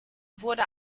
wurde